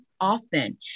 often